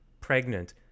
pregnant